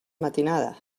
matinada